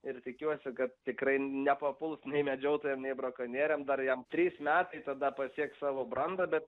ir tikiuosi kad tikrai nepapuls nei medžiotojam nei brakonieriam dar jam trys metai tada pasieks savo brandą bet